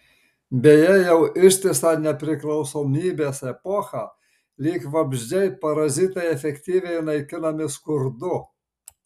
beje jau ištisą nepriklausomybės epochą lyg vabzdžiai parazitai efektyviai naikinami skurdu